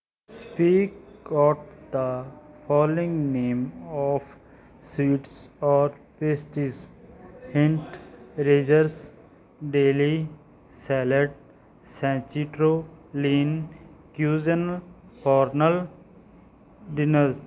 speak out the following name of sweets or pastries hint erasers daily salad ਸੇਂਚੀਟਰੋ lean cuisine ਫੋਰਨਲ ਡਿਨਜ਼